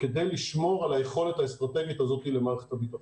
כדי לשמור על היכולת האסטרטגית הזו למערכת הביטחון.